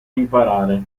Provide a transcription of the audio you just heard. imparare